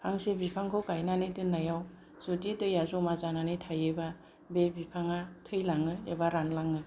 फांसे बिफांखौ गायनानै दोननायाव जुदि दैया जमा जानानै थायोब्ला बे बिफाङा थैलाङो एबा रानलाङो